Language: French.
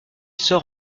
sort